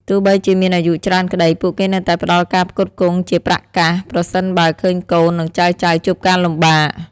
ទោះបីជាមានអាយុច្រើនក្ដី ពួកគេនៅតែផ្ដល់ការផ្គត់ផ្គង់ជាប្រាក់កាស ប្រសិនបើឃើញកូន និងចៅៗជួបការលំបាក។